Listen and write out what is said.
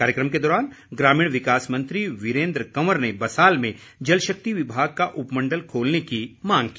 कार्यक्रम के दौरान ग्रामीण विकास मंत्री वीरेन्द्र कंवर ने बसाल में जल शक्ति विभाग का उपमण्डल खोलने की मांग की